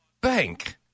bank